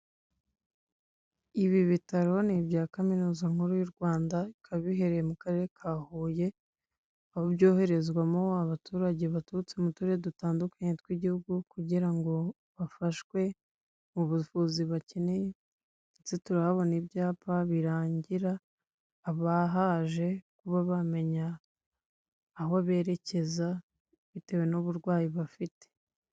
Ibi bitaro ni ibya kaminuza nkuru y'u Rwanda bikaba biherereye mu karere ka Huye, aho byoherezwamo abaturage baturutse mu turere dutandukanye tw'igihugu kugira ngo bafashwe mu buvuzi bakeneye ndetse turahabona ibyapa birangira abahaje kuba bamenya aho berekeza bitewe n'uburwayi bafite.